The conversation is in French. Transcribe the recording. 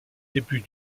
début